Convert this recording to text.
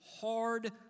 hard